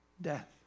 death